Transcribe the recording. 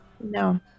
No